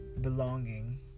belonging